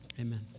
Amen